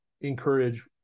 encourage